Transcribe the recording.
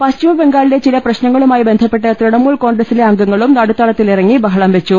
പശ്ചിമബംഗാളിലെ ചില പ്രശ്നങ്ങളുമായി ബന്ധപ്പെട്ട് തൃണമൂൽ കോൺഗ്രസിലെ അംഗങ്ങളും നടുത്തളത്തിലിറങ്ങി ബഹളം വെച്ചു